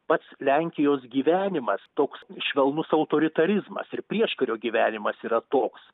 pats lenkijos gyvenimas toks švelnus autoritarizmas ir prieškario gyvenimas yra toks